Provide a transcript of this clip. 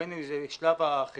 ובין אם זה שלב החזקה,